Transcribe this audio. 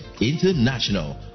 International